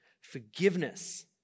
forgiveness